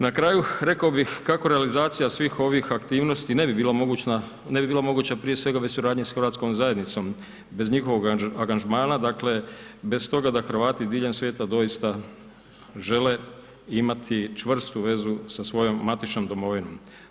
Na kraju rekao bih kako realizacija svih ovih aktivnosti ne bi bila moguća prije svega, bez suradnje s hrvatskom zajednicom, bez njihovog angažmana, dakle, bez toga da Hrvati diljem svijeta doista žele imati čvrstu vezu sa svojom matičnom domovinom.